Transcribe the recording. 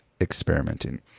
experimenting